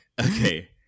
okay